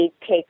take